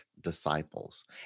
disciples